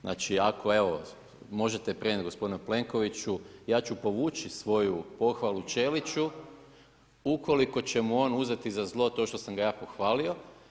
Znači ako evo možete prenijeti gospodinu Plenkoviću ja ću povući svoju pohvalu Ćeliću ukoliko će mu on uzeti za zlo to što sam ga ja pohvalio.